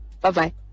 Bye-bye